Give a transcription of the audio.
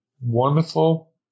wonderful